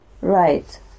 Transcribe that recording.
Right